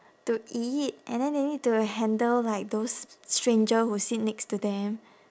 to eat and then they need to handle like those s~ stranger who sit next to them